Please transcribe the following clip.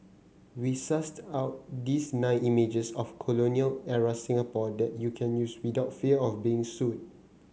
we sussed out these nine images of colonial era Singapore that you can use without fear of being sued